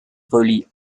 relie